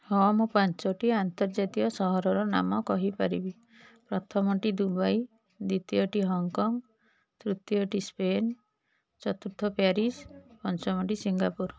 ହଁ ମୁଁ ପାଞ୍ଚଟି ଆନ୍ତର୍ଜାତୀୟ ସହରର ନାମ କହିପାରିବି ପ୍ରଥମଟି ଦୁବାଇ ଦ୍ୱିତୀୟଟି ହଙ୍ଗକଙ୍ଗ ତୃତୀୟଟି ସ୍ପେନ୍ ଚତୁର୍ଥ ପ୍ୟାରିସ୍ ପଞ୍ଚମଟି ସିଙ୍ଗାପୁର